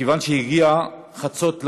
וכיוון שהגיע חצות לילה,